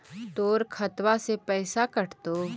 तोर खतबा से पैसा कटतो?